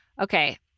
Okay